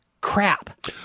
crap